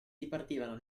dipartivano